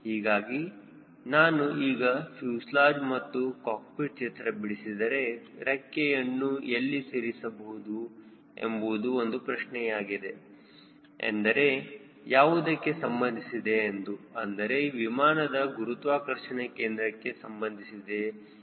ಹೀಗಾಗಿ ನಾನು ಈಗ ಫ್ಯೂಸೆಲಾಜ್ ಮತ್ತು ಕಾಕ್ಪಿಟ್ ಚಿತ್ರ ಬಿಡಿಸಿದರೆ ರೆಕ್ಕೆಯನ್ನು ಎಲ್ಲಿ ಸೇರಿಸಬೇಕು ಎಂಬುದು ಒಂದು ಪ್ರಶ್ನೆಯಾಗಿದೆ ಎಂದರೆ ಯಾವುದಕ್ಕೆ ಸಂಬಂಧಿಸಿದೆ ಎಂದು ಅಂದರೆ ವಿಮಾನದ ಗುರುತ್ವಾಕರ್ಷಣ ಕೇಂದ್ರಕ್ಕೆ ಸಂಬಂಧಿಸಿದೆ